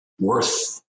worth